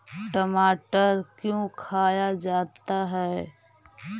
टमाटर क्यों खाया जाता है?